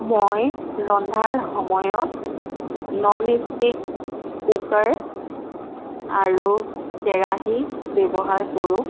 মই ৰন্ধাৰ সময়ত নন ষ্টিক কুকাৰ আৰু কেৰাহী ব্যৱহাৰ কৰোঁ